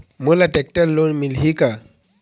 मोला tractor loan मिलही का?